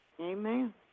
Amen